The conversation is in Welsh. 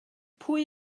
pwy